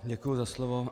Děkuji za slovo.